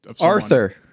Arthur